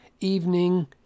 evening